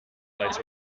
lights